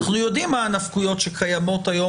אנחנו יודעים מה הנפקויות שקיימות היום